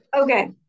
okay